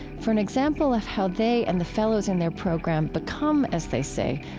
for an example of how they and the fellows in their program become, as they say,